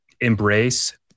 Embrace